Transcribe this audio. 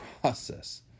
process